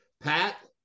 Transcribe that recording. Pat